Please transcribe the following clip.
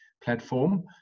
platform